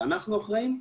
אלא אנחנו אחראים.